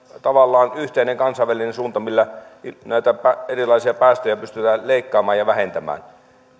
tavallaan yhteinen kansainvälinen suunta millä näitä erilaisia päästöjä pystytään leikkaamaan ja vähentämään